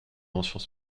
mentions